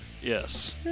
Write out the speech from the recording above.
Yes